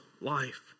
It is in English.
life